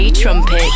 Trumpet